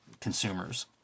consumers